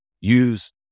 use